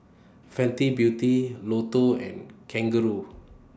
Fenty Beauty Lotto and Kangaroo